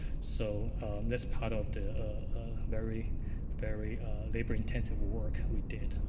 so this part of the ah very very labor-intensive work we did.